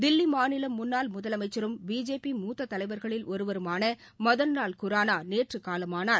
தில்லி மாநில முன்னாள் முதலமைச்சரும் பிஜேபி மூத்த தலைவர்களில் ஒருவருமான மதன்வால் குரானா நேற்று காலமானார்